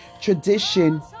tradition